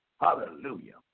Hallelujah